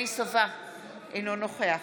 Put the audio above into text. אינו נוכח